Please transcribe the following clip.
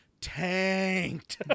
tanked